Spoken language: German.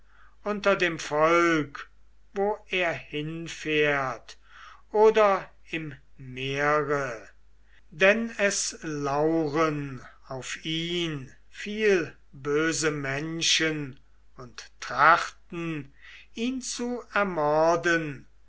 unter dem volk wo er hinfährt oder im meere denn es lauern auf ihn viel böse menschen und trachten ihn zu ermorden